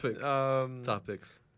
topics